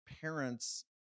parents